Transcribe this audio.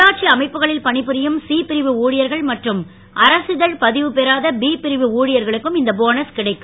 உள்ளாட்சி அமைப்புகளில் பணிபுரியும் சி பிரிவு ஊழியர்கள் மற்றும் அரசிதழ் பதிவு பெறாத பி பிரிவு ஊழியர்களுக்கும் இந்த போனஸ் கிடைக்கும்